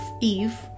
Eve